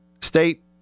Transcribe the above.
State